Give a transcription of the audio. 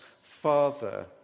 Father